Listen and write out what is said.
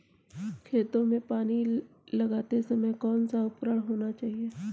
खेतों में पानी लगाते समय कौन सा उपकरण होना चाहिए?